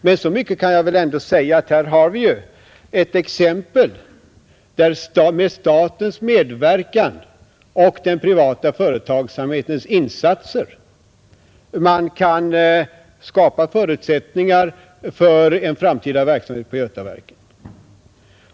Men så mycket kan jag väl ändå säga, att här har vi ett exempel där man med statens medverkan och den privata företagsamhetens insatser kan skapa förutsättningar för en framtida verksamhet på Götaverken.